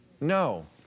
No